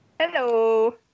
Hello